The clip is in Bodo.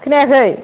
खोनायाखै